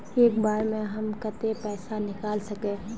एक बार में हम केते पैसा निकल सके?